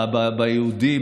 ביהודי,